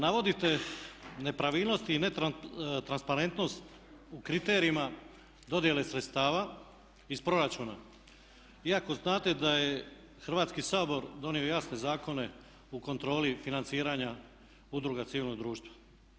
Navodite nepravilnosti i netransparentnost u kriterijima dodjele sredstava iz proračuna iako znate da je Hrvatski sabor donio jasne zakone u kontroli financiranja udruga civilnoga društva.